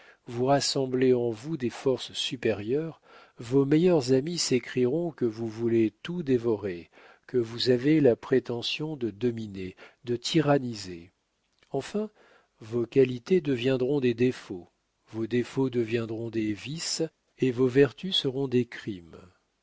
vous rassemblez en vous des forces supérieures vos meilleurs amis s'écrieront que vous voulez tout dévorer que vous avez la prétention de dominer de tyranniser enfin vos qualités deviendront des défauts vos défauts deviendront des vices et vos vertus seront des crimes